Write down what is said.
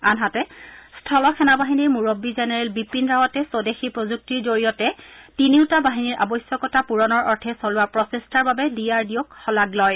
আনহাতে স্থল সেনাবাহিনীৰ মুৰববী জেনেৰেল বিপিন ৰাৱাটে স্বদেশী প্ৰযুক্তিৰ জৰিয়তে তিনিওটা বাহিনীৰ আৱশ্যকতা পূৰণৰ অৰ্থে চলোৱা প্ৰচেষ্টাৰ বাবে ডি আৰ ডি অ'ক শলাগ লয়